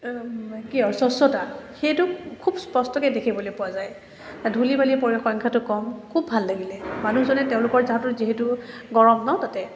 কি হয় স্বচ্ছতা সেইটোক খুব স্পষ্টকৈ দেখিবলৈ পোৱা যায় ধূলি বালি পৰিসংখ্যাটো কম খুব ভাল লাগিলে মানুহজনে তেওঁলোকৰ যাহাতু যিহেতু গৰম ন তাতে